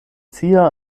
sia